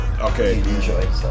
Okay